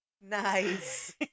Nice